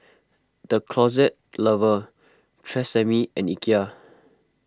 the Closet Lover Tresemme and Ikea